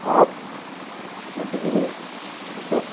आप मध्य प्रदेश मतलब